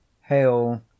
Hail